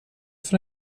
för